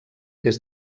des